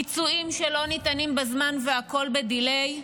פיצויים לא ניתנים בזמן, והכול ב-delay.